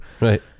right